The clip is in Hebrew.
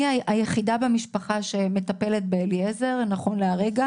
היחידה במשפחה שמטפלת באליעזר נכון לעכשיו,